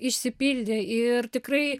išsipildė ir tikrai